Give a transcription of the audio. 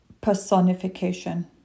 Personification